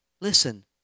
Listen